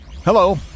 Hello